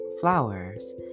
flowers